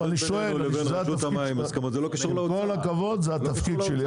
זה התפקיד שלי.